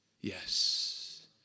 yes